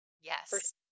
Yes